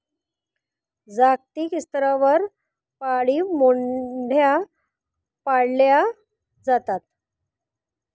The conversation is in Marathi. जागतिक स्तरावर पाळीव मेंढ्या पाळल्या जातात